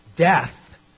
Death